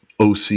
OC